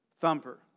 thumper